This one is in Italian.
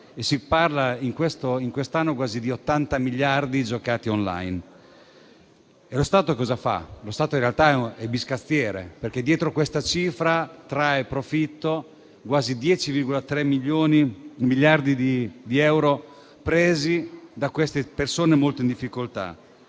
Si parla in quest'anno di quasi di 80 miliardi giocati *online*. E lo Stato cosa fa? Lo Stato in realtà è biscazziere, perché dietro questa cifra trae profitto, quasi 10,3 miliardi di euro presi da queste persone molto in difficoltà.